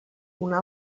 una